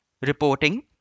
Reporting